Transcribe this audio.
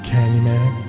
Candyman